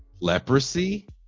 Leprosy